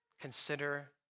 Consider